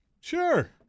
Sure